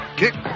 kick